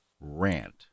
rant